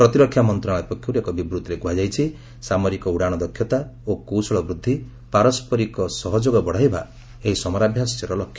ପ୍ରତିରକ୍ଷା ମନ୍ତ୍ରଣାଳୟ ପକ୍ଷରୁ ଏକ ବିବୃତ୍ତିରେ କୁହାଯାଇଛି ସାମରିକ ଉଡ଼ାଣ ଦକ୍ଷତା ଓ କୌଶଳ ବୃଦ୍ଧି ପାରସ୍କରିକ ସହଯୋଗ ବଡ଼ାଇବା ଏହି ସମରାଭ୍ୟାସର ଲକ୍ଷ୍ୟ